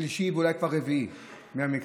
שלישי ואולי כבר רביעי מהמקרים.